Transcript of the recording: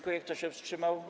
Kto się wstrzymał?